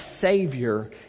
Savior